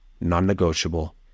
non-negotiable